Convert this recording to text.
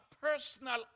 personal